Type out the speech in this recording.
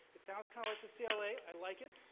it sounds kind of like the so cla. i like it.